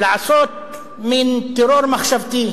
לעשות מין טרור מחשבתי,